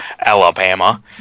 Alabama